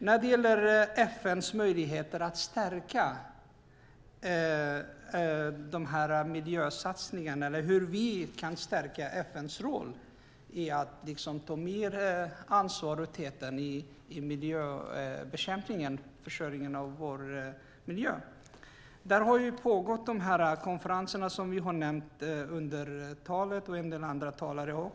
När det gäller FN:s möjligheter att stärka miljösatsningarna, eller hur vi kan stärka FN:s roll för att ta mer ansvar för miljöbekämpningen och försörjningen av vår miljö, har det hållits konferenser, som nämnts tidigare.